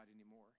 anymore